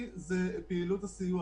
היא תגיע גם ב-2021.